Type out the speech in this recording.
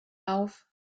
auf